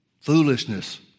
foolishness